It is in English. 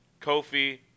Kofi